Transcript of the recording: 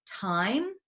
time